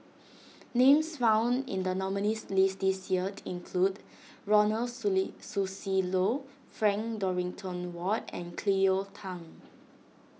names found in the nominees' list this year include Ronald Susilo Frank Dorrington Ward and Cleo Thang